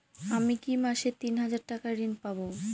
আমি কি মাসে তিন হাজার টাকার ঋণ পাবো?